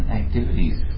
activities